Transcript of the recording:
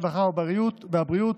הרווחה והבריאות,